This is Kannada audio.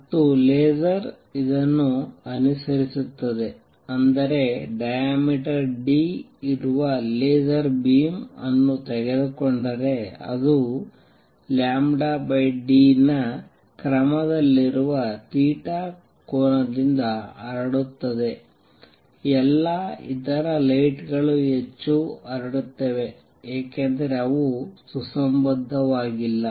ಮತ್ತು ಲೇಸರ್ ಇದನ್ನು ಅನುಸರಿಸುತ್ತದೆ ಅಂದರೆ ಡೈಯಾಮೀಟರ್ d ಇರುವ ಲೇಸರ್ ಬೀಮ್ ಅನ್ನು ತೆಗೆದುಕೊಂಡರೆ ಅದು d ನ ಕ್ರಮದಲ್ಲಿರುವ ಕೋನದಿಂದ ಹರಡುತ್ತದೆ ಎಲ್ಲಾ ಇತರ ಲೈಟ್ ಗಳು ಹೆಚ್ಚು ಹರಡುತ್ತವೆ ಏಕೆಂದರೆ ಅವು ಸುಸಂಬದ್ಧವಾಗಿಲ್ಲ